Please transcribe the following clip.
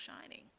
shining